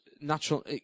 natural